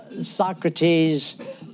Socrates